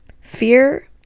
fear